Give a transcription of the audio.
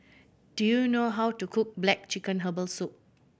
do you know how to cook black chicken herbal soup